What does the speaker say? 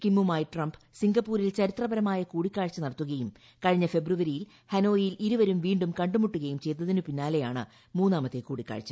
കിമ്മുമായി Trump സിംഗ്ലപ്പൂരിൽ ചരിത്രപരമായ കൂടിക്കാഴ്ച നടത്തുകയും കഴിഞ്ഞ് കൃഷ്ണ്രുവരിയിൽ ഹനോയിയിൽ ഇരുവരും വീണ്ടും ക്ണ്ടുമുട്ടുകയും ചെയ്തതിനു പിന്നാലെയാണ് മൂന്നാമത്തെ കൂടിക്കാഴ്ച